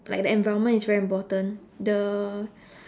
like the environment is very important the